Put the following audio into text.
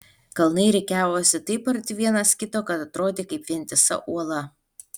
kalnai rikiavosi taip arti vienas kito kad atrodė kaip vientisa uola